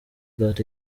that